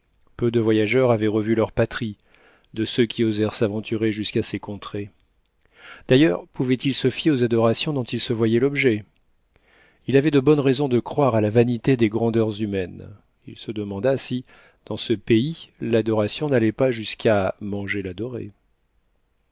peu de voyageurs avaient revu leur patrie de ceux qui osèrent s'aventurer jusqu'à ces contrées d'ailleurs pouvait-il se fier aux adorations dont il se voyait l'objet il avait de bonnes raisons de croire à la vanité des grandeurs humaines il se demanda si dans ce pays l'adoration n'allait pas jusqu'à manger l'adoré